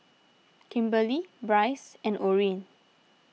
Kimberlee Brice and Orin